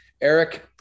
Eric